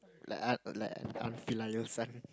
like I like unfit lah you say